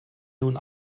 nun